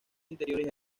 interiores